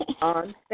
On